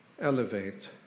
Elevate